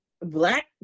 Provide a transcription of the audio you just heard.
Black